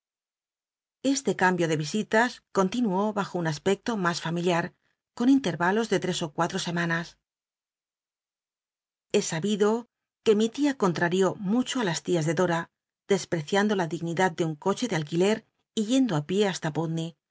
este cambio de visitas con tinuú haj o un aspecto mas familiat con inlenalos de trcs y cuatro semanas he sabido que mi tia conilarió mucho i las tías de pl'cciando la dignidad de un coche de alquiler y yendo ü ié hasta